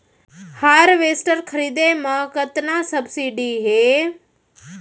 Harvester खरीदे म कतना सब्सिडी हे?